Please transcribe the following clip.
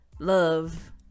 love